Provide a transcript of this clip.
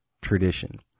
tradition